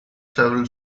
several